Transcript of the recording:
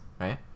right